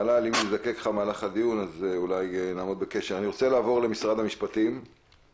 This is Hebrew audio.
מידע והכוונות אופרטיבי שיוכל לסייע למשרד הבריאות ולמערכת כולה,